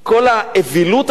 כל האוויליות הזו.